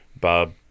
Bob